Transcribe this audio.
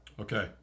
Okay